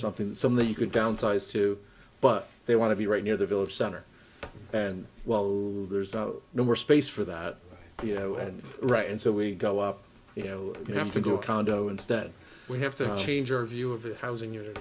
something some that you could downsize to but they want to be right near the village center and well over there is no more space for that you know and right and so we go up you know you have to go condo instead we have to change our view of the housing